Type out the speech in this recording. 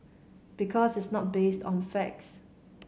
because it's not based on facts